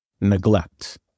neglect